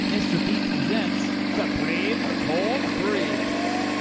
mr. beat presents. supreme court briefs